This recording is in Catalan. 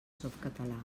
softcatalà